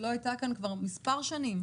שלא הייתה כאן כבר מספר שנים,